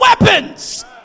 weapons